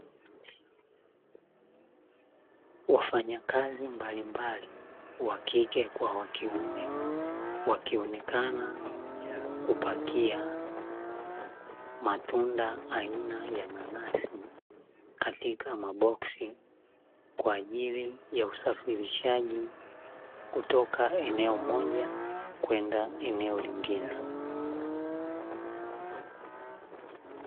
Wafanyakazi mbalimbali wa kike kwa wa kiume wakionekana, kupakia matunda aina ya nanasi katika maboksi, kwa ajili ya usafirishaji kutoka eneo moja kwenda eneo lingine.